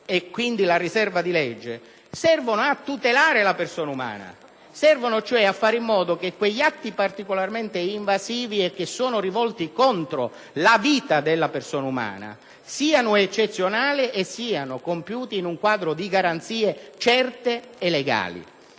ricordiamo la riserva di legge - serve a tutelare la persona umana e a fare in modo che quegli atti particolarmente invasivi e che sono rivolti contro la vita della persona umana siano eccezionali e siano compiuti in un quadro di garanzie certe e legali.